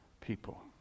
people